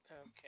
Okay